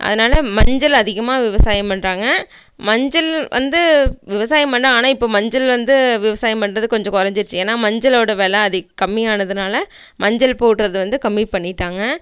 அதனால் மஞ்சள் அதிகமாக விவசாயம் பண்ணுறாங்க மஞ்சள் வந்து விவசாயம் பண்ணால் ஆனால் இப்போ மஞ்சள் வந்து விவசாயம் பண்ணுறது கொஞ்சம் குறஞ்சிருச்சி ஏன்னா மஞ்சளோட வில அதிக் கம்மியானதுனால மஞ்சள் போடுறது வந்து கம்மிப் பண்ணிவிட்டாங்க